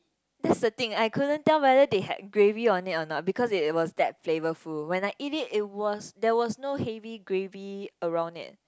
that's the thing I couldn't tell whether they had gravy on it or not because it was that flavorful when I eat it it was there was no heavy gravy around it